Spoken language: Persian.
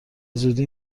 زودی